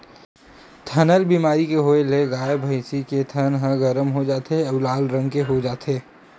थनैल बेमारी के होए ले गाय, भइसी के थन ह गरम हो जाथे अउ लाल रंग के हो जाथे